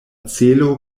celo